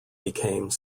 became